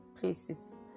places